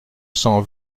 cent